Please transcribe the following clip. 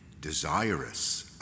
desirous